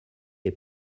est